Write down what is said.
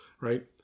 Right